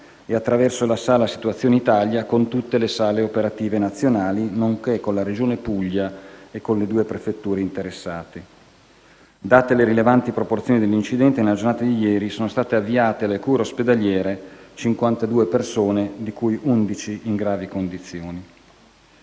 e, attraverso la Sala Situazione Italia, con tutte le sale operative nazionali, nonché con la Regione Puglia e le due prefetture interessate. Date le rilevanti proporzioni dell'incidente, nella giornata di ieri sono state avviate alle cure ospedaliere 52 persone, di cui 11 in gravi condizioni.